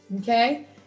okay